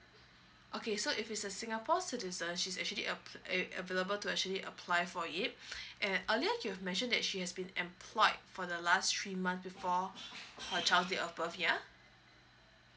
okay so if he's a singapore citizen she's actually av~ av~ available to actually apply for it and earlier you've mention that she has been employed for the last three month before her child date of birth yeah